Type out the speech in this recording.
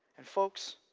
and folks,